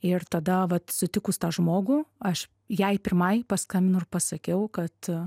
ir tada vat sutikus tą žmogų aš jai pirmai paskambinau ir pasakiau kad